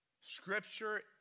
Scripture